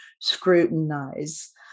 scrutinize